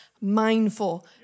mindful